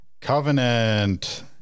Covenant